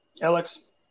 Alex